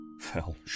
fell